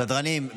סדרנים,